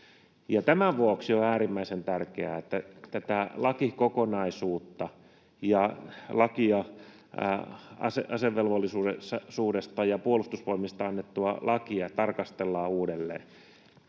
Tämän vuoksi on äärimmäisen tärkeää, että tätä lakikokonaisuutta ja lakia asevelvollisuudesta ja puolustusvoimista annettua lakia tarkastellaan uudelleen.